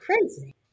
Crazy